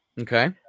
Okay